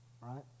right